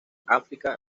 áfrica